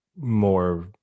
more